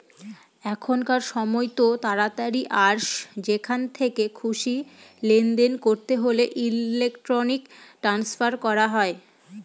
এখনকার সময়তো তাড়াতাড়ি আর যেখান থেকে খুশি লেনদেন করতে হলে ইলেক্ট্রনিক ট্রান্সফার করা হয়